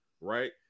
right